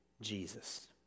jesus